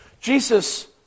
Jesus